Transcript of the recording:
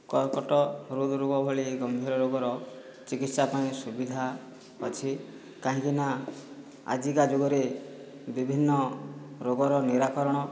କର୍କଟ ହୃଦରୋଗ ଭଳି ଗମ୍ଭୀର ରୋଗର ଚିକିତ୍ସା ପାଇଁ ସୁବିଧା ଅଛି କାହିଁକି ନା ଆଜିକା ଯୁଗରେ ବିଭିନ୍ନ ରୋଗର ନିରାକରଣ